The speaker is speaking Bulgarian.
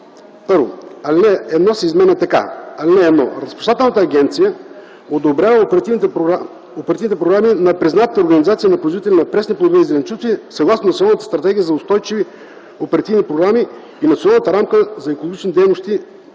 1. Алинея 1 се изменя така: „(1) Разплащателната агенция одобрява оперативните програми на признатите организации на производители на пресни плодове и зеленчуци съгласно Националната стратегия за устойчиви оперативни програми и Националната рамка за екологични дейности